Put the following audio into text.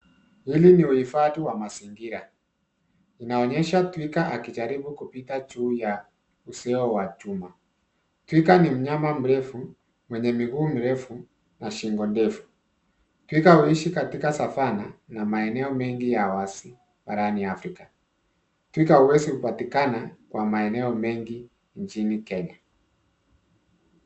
Hili nii uhifadhi wa mazingira. Inaonyesha twiga akijaribu kupita juu ya uzio wa chuma. Twiga ni mnyama mrefu mwenye miguu mirefu na shingo ndefu. Twiga huishi katika savana na maeneo mengi ya wazi barani Afrika. Twiga hawezi patikana kwa maeneo mengi nchini Kenya.